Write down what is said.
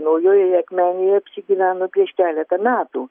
naujojoje akmenėje apsigyveno prieš keletą metų